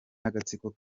n’agatsiko